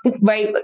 right